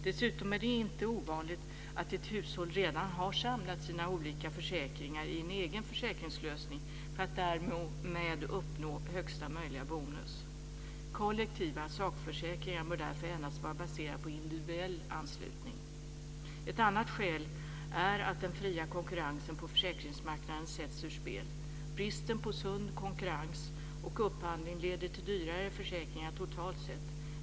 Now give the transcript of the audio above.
Dessutom är det inte ovanligt att ett hushåll redan har samlat sina olika försäkringar i en egen försäkringslösning för att därmed uppnå högsta möjliga bonus. Kollektiva sakförsäkringar bör därför endast vara baserade på individuell anslutning. Ett annat skäl är att den fria konkurrensen på försäkringsmarknaden sätts ur spel. Bristen på sund konkurrens och upphandling leder till dyrare försäkringar totalt sett.